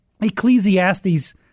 Ecclesiastes